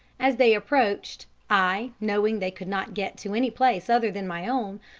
as they approached, i knowing they could not get to any place other than my own,